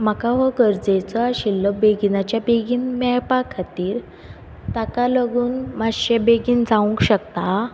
म्हाका हो गरजेचो आशिल्लो बेगीनाच्या बेगीन मेळपा खातीर ताका लागून मातशें बेगीन जावूंक शकता